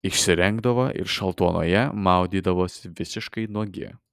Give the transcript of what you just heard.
išsirengdavo ir šaltuonoje maudydavosi visiškai nuogi